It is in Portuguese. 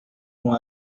com